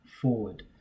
forward